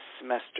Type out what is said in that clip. semester